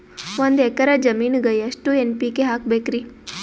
ಒಂದ್ ಎಕ್ಕರ ಜಮೀನಗ ಎಷ್ಟು ಎನ್.ಪಿ.ಕೆ ಹಾಕಬೇಕರಿ?